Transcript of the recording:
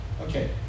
Okay